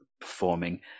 performing